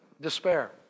despair